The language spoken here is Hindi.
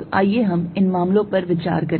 तो आइए हम इन मामलों पर विचार करें